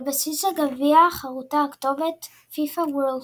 על בסיס הגביע חרוטה הכתובת "FIFA World Cup".